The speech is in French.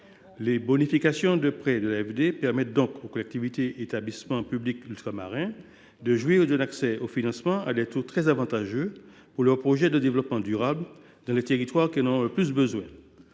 Les bonifications de prêt de l’AFD permettent donc aux collectivités et aux établissements publics ultramarins de jouir d’un accès aux financements à des taux très avantageux pour leurs projets de développement durable dans les territoires qui en ont le plus besoin.